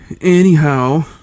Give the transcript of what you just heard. Anyhow